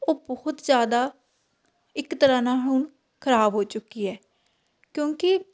ਉਹ ਬਹੁਤ ਜ਼ਿਆਦਾ ਇੱਕ ਤਰ੍ਹਾਂ ਨਾਲ਼ ਹੁਣ ਖ਼ਰਾਬ ਹੋ ਚੁੱਕੀ ਹੈ ਕਿਉਂਕਿ